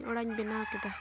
ᱚᱲᱟᱜ ᱤᱧ ᱵᱮᱱᱟᱣ ᱠᱮᱫᱟ